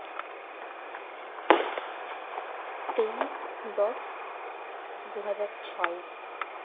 ᱛᱮᱭᱤᱥ ᱫᱚᱥ ᱫᱩ ᱦᱟᱡᱟᱨ ᱪᱷᱚᱭ